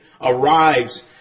arrives